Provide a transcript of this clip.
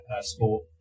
sport